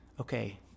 okay